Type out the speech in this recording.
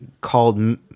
called